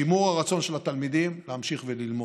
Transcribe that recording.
שימור הרצון של התלמידים להמשיך וללמוד.